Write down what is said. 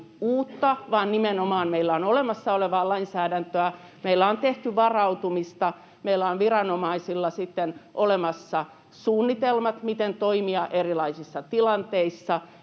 vaan nimenomaan meillä on olemassa olevaa lainsäädäntöä. Meillä on tehty varautumista. Meillä on viranomaisilla olemassa suunnitelmat, miten toimia erilaisissa tilanteissa